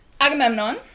Agamemnon